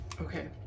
Okay